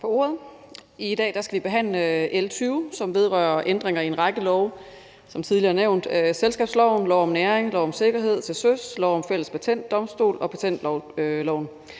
I dag skal vi behandle L 20, som vedrører ændringer i en række love. Som tidligere nævnt er det selskabsloven, lov om næring, lov om sikkerhed til søs, lov om fælles patentdomstol og patentloven.